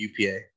UPA